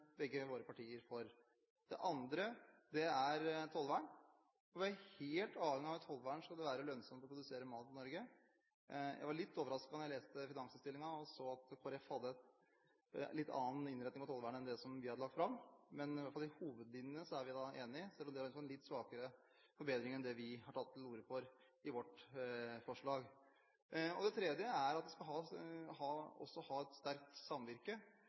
begge våre partier for. Det andre er tollvern. Vi er helt avhengig av et tollvern skal det være lønnsomt å produsere mat i Norge. Jeg var litt overrasket da jeg leste finansinnstillingen og så at Kristelig Folkeparti hadde en litt annen innretning på tollvern enn det som vi hadde lagt fram. Men i hvert fall i hovedlinjene er vi enige, selv om dere har en litt svakere forbedring enn det vi har tatt til orde for i vårt forslag. Det tredje er at vi også skal ha et sterkt samvirke,